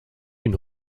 une